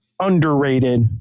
underrated